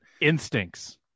Instincts